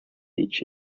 each